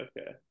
okay